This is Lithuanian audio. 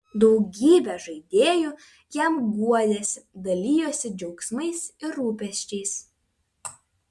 daugybė žaidėjų jam guodėsi dalijosi džiaugsmais ir rūpesčiais